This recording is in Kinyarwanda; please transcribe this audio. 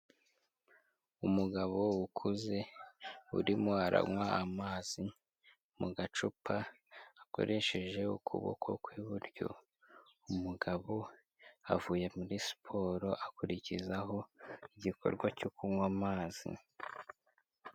Umugabo ukuze urimo aranywa amazi mu gacupa akoresheje ukuboko kw'iburyo, umugabo avuye muri siporo akurikizaho igikorwa cyo kunywa amazi.